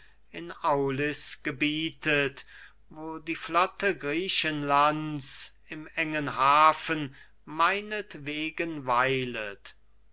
in aulis gebietet wo die flotte griechenlands im engen hafen meinetwegen weilet